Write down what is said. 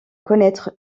connaître